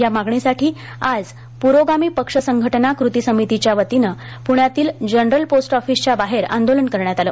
या मागणीसाठी आज प्रोगामी पक्ष संघटना कृती समितीच्यावतीने प्ण्यातील जनरल पोस्ट ऑफीसच्या बाहेर आंदोलन करण्यात आले